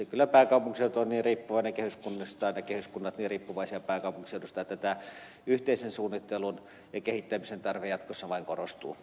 kyllä pääkaupunkiseutu on niin riippuvainen kehyskunnistaan ja kehyskunnat niin riippuvaisia pääkaupunkiseudusta että yhteisen suunnittelun ja kehittämisen tarve jatkossa vain korostuu